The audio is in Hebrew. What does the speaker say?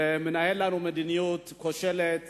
מנהל לנו מדיניות כושלת